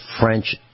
French